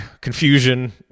confusion